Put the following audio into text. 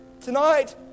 Tonight